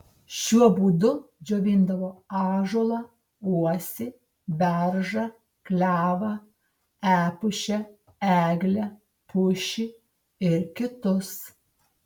šiuo būdu džiovindavo ąžuolą uosį beržą klevą epušę eglę pušį ir kitus